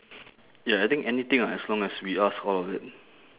ya I think anything as long as we ask all of it